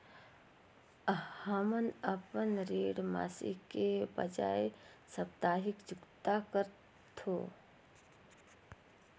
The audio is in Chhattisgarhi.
हमन अपन ऋण मासिक के बजाय साप्ताहिक चुकता करथों